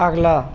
ਅਗਲਾ